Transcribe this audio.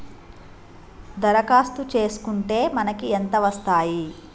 దరఖాస్తు చేస్కుంటే మనకి ఎంత వస్తాయి?